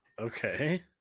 Okay